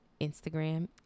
Instagram